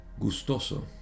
gustoso